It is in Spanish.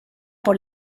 por